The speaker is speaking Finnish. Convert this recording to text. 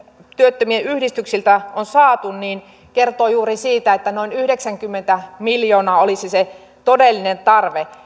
työttömien yhdistyksiltä on saatu kertoo juuri siitä että noin yhdeksänkymmentä miljoonaa olisi se todellinen tarve